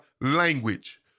language